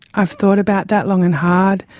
i've thought about that long and hard.